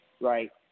Right